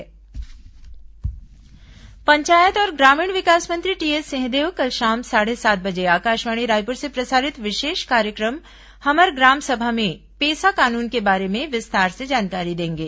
हमर ग्राम सभा प्रसारण पंचायत और ग्रामीण विकास मंत्री टीएस सिंहदेव कल शाम साढ़े सात बजे आकाशवाणी रायपुर से प्रसारित विशेष कार्यक्रम हमर ग्राम सभा में पेसा कानून के बारे में विस्तार से जानकारी देंगे